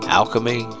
alchemy